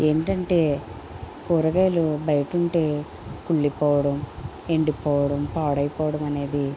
ఏంటంటే కూరగాయలు బయటుంటే కుళ్ళిపోవడం ఎండిపోవడం పాడైపోవడం అనేది